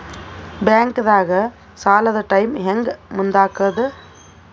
ಬ್ಯಾಂಕ್ದಾಗ ಸಾಲದ ಟೈಮ್ ಹೆಂಗ್ ಮುಂದಾಕದ್?